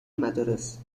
مدارس